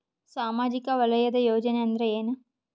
ಸಾಮಾಜಿಕ ವಲಯದ ಯೋಜನೆ ಅಂದ್ರ ಏನ?